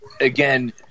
again